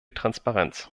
transparenz